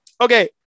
Okay